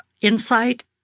insight